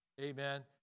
amen